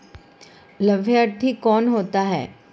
लाभार्थी कौन होता है?